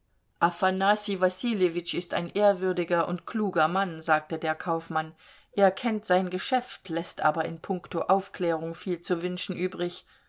wassiljewitsch ist ein ehrwürdiger und kluger mann sagte der kaufmann er kennt sein geschäft läßt aber in puncto aufklärung viel zu wünschen übrig